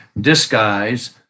disguise